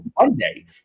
Monday